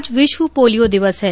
आज विश्व पोलियो दिवस है